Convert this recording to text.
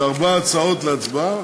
אלה ארבע הצעות להצבעה.